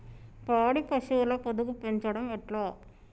పాడి పశువుల పొదుగు పెంచడం ఎట్లా?